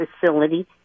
facility